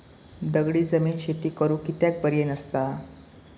दगडी जमीन शेती करुक कित्याक बरी नसता?